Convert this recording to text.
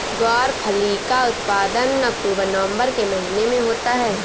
ग्वारफली का उत्पादन अक्टूबर नवंबर के महीने में होता है